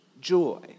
joy